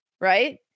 right